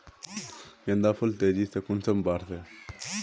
गेंदा फुल तेजी से कुंसम बार से?